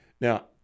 Now